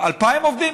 2,000 עובדים?